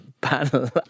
panel